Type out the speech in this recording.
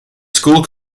school